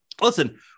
listen